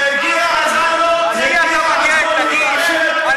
והגיע הזמן, אף אחד לא רוצה, נו, באמת.